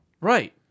Right